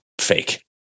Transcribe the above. fake